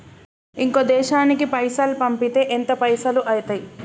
ఇంకో దేశానికి పైసల్ పంపితే ఎంత పైసలు అయితయి?